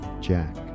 Jack